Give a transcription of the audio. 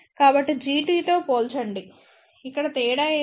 కాబట్టి Gt తో పోల్చండి ఇక్కడ తేడా ఏమిటి